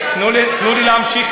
אין פעם אחת,